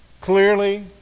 clearly